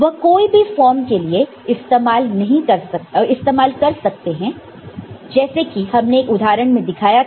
वह कोई भी फॉर्म के लिए इस्तेमाल कर सकते हैं जैसे कि हमने एक उदाहरण में दिखाया था